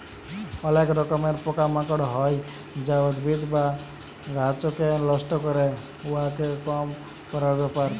অলেক রকমের পকা মাকড় হ্যয় যা উদ্ভিদ বা গাহাচকে লষ্ট ক্যরে, উয়াকে কম ক্যরার ব্যাপার